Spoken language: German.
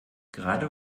gerade